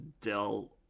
Dell